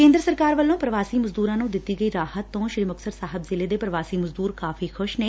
ਕੇਂਦਰ ਸਰਕਾਰ ਵੱਲੋਂ ਪ੍ਰਵਾਸੀ ਮਜ਼ਦੂਰਾਂ ਨੂੰ ਦਿੱਤੀ ਗਈ ਰਾਹਤ ਤੋਂ ਸ੍ਰੀ ਮੁਕਤਸਰ ਸਾਹਿਬ ਜ਼ਿਲ੍ਹੇ ਦੇ ਪ੍ਰਵਾਸੀ ਮਜ਼ਦੁਰ ਕਾਫ਼ੀ ਖੁਸ਼ ਨੇ